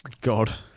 god